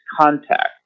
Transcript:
contact